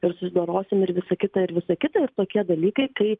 ir sudorosim ir visa kita ir visa kita ir tokie dalykai kaip